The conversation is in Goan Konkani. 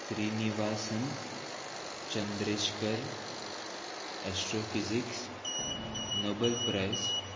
श्रीनिवासन चंद्रेशकर एस्ट्रोफिजिक्स नबल प्रायस